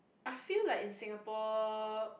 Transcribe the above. I feel like in Singapore